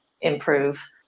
improve